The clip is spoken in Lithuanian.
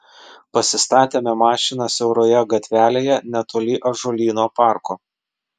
pasistatėme mašiną siauroje gatvelėje netoli ąžuolyno parko